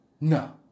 No